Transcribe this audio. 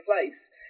place